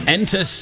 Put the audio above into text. Enter